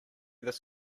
this